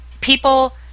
people